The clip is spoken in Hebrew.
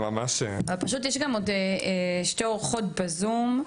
פשוט יש פה עוד שתי אורחות ב- Zoom.